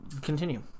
Continue